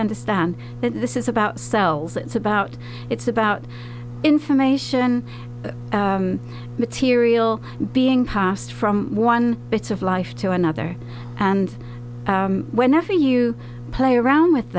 understand that this is about cells it's about it's about information material being passed from one bits of life to another and whenever you play around with